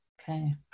Okay